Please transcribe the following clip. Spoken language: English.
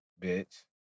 Bitch